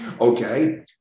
Okay